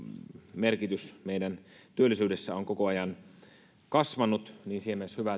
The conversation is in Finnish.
merkitys meidän työllisyydessä on koko ajan kasvanut siinä mielessä on hyvä